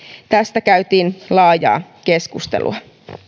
tästä käytiin laajaa keskustelua